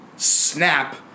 snap